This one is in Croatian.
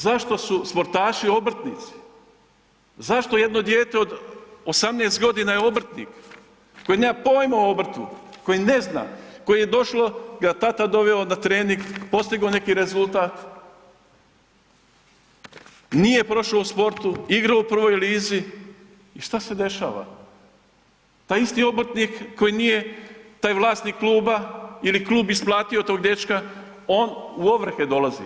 Zašto su sportaši obrtnici, zašto jedno od 18 godina je obrtnik, koji nema poima o obrtu, koji ne zna, koje je došlo, ga tata doveo na trening, postigao neki rezultat, nije pošao u sportu, igra u prvoj lizi i šta se dešava, taj isti obrtnik koji nije, taj vlasnik kluba ili klub isplatio tog dečka on u ovrhe dolazi.